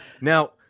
now